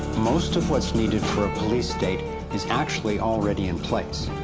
most of what's needed for a police state is actually already in place.